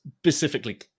specifically